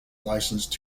licensed